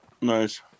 Nice